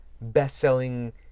best-selling